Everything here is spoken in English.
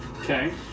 Okay